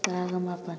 ꯇꯔꯥꯒ ꯃꯥꯄꯟ